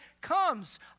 comes